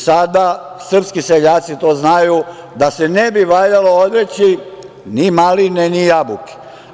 Srpski seljaci znaju da se ne bi valjalo odreći ni maline ni jabuke.